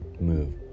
move